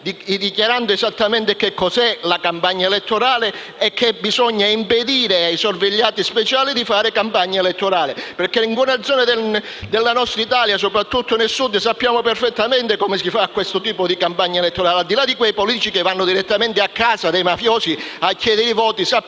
dichiarando esattamente cos'è la campagna elettorale e impedendo ai sorvegliati speciali di fare campagna elettorale. In alcune zone della nostra Italia, soprattutto nel Sud, sappiamo perfettamente come si fa questo tipo di campagna elettorale.